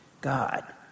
God